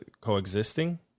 coexisting